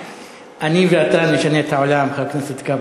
"אני ואתה נשנה את העולם", חבר הכנסת כבל.